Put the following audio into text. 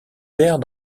pairs